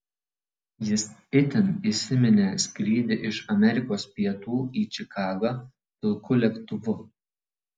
jis itin įsiminė skrydį iš amerikos pietų į čikagą pilku lėktuvu